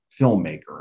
filmmaker